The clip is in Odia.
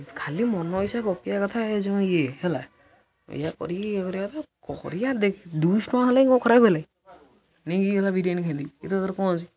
ଖାଲି ମନଇଚ୍ଛା ଗପିବା କଥା ଏ ଯେଉଁ ଇଏ ହେଲା ଏୟା କରି ଇଏ କରିବା କଥା କରିବା ଦେଖ ଦୁଇଶହ ଟଙ୍କା ହେଲେ କ'ଣ ଖରାପ ହେଲାଣି ନେଇକି ହେଲା ବିରିୟାନୀ ଖାଇଦେବି ଏଥିରେ କ'ଣ ଅଛି